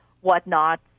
whatnot